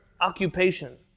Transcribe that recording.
occupation